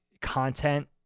content